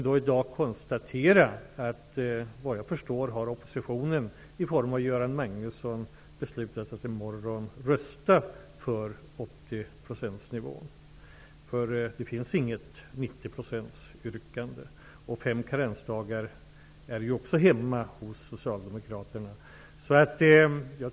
Såvitt jag förstår har oppositionen, i form av Göran Magnusson, beslutat att i morgon rösta för 80-procentsnivån. Det finns nämligen inget 90-procentsyrkande. Fem karensdagar är också accepterat av Socialdemokraterna.